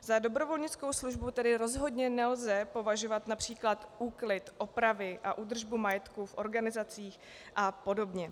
Za dobrovolnickou službu tedy rozhodně nelze považovat např. úklid, opravy a údržbu majetku v organizacích apod.